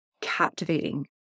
captivating